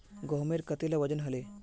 गहोमेर कतेला वजन हले